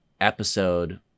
episode